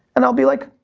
and i'll be like,